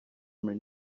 may